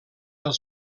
del